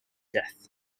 death